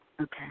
Okay